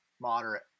moderate